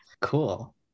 Cool